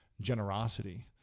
generosity